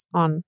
on